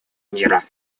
мира